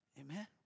Amen